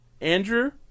Andrew